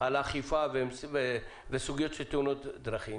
על האכיפה ועל סוגיות של תאונות דרכים?